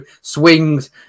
swings